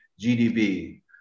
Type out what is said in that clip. GDB